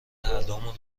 هردومون